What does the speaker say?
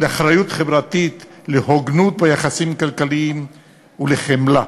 באחריות חברתית, בהוגנות ביחסים כלכליים ובחמלה.